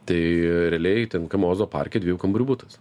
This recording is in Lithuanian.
tai realiai ten kokiam ozo parke dviejų kambarių butas